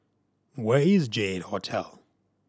where is J Eight Hotel